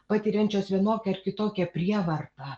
patiriančios vienokią ar kitokią prievartą